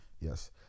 yes